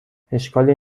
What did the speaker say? اشکالی